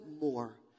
more